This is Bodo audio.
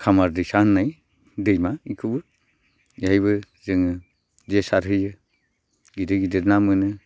खामार दैसा होननाय दैमा इखौबो एहायबो जोङो जे सारहैयो गिदिर गिदिर ना मोनो